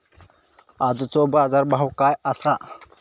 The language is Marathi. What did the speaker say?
आजचो बाजार भाव काय आसा?